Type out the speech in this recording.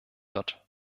wird